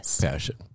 passion